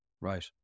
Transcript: Right